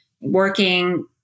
working